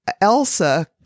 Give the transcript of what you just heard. Elsa